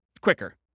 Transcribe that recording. quicker